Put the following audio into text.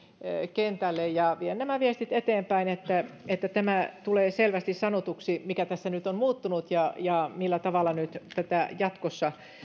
kentälle ja vien nämä viestit eteenpäin niin että tämä tulee selvästi sanotuksi mikä tässä nyt on muuttunut ja ja millä tavalla jatkossa